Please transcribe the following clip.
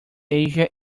asia